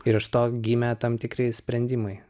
ir iš to gimė tam tikri sprendimai